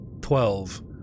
twelve